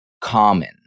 common